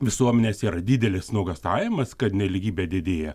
visuomenėse yra didelės nuogąstavimas kad nelygybė didėja